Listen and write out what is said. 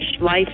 Life